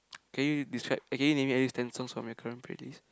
can you describe eh can you name me at least ten songs from your current playlist